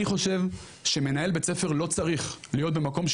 אני חושב שמנהל בית ספר לא צריך להיות במקום,